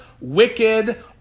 wicked